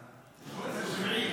--- בשנות השבעים.